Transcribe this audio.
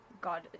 God